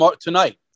tonight